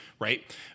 right